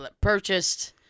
purchased